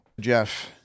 Jeff